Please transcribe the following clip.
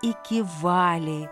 iki valiai